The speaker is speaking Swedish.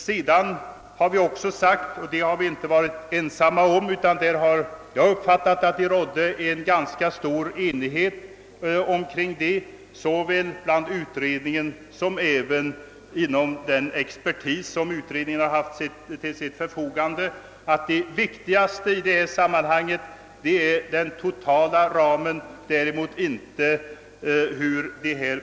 Vi har vidare uttalat — och det har vi inte varit ensamma om, utan det har enligt vad jag uppfattat rått en ganska stor enighet om detta såväl inom utredningen som även bland den expertis utredningen haft till sitt förfogande — att det viktigaste i detta sammanhang är den totala ramen.